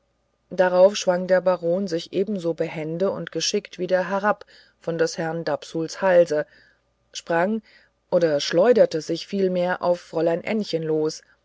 darauf schwang der baron sich ebenso behende und geschickt wieder herab von des herrn von dapsuls halse sprang oder schleuderte sich vielmehr auf fräulein ännchen los